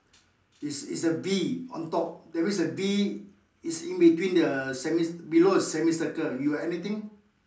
is is a B on top that mean is a B in between the semi~ below the semicircle you got anything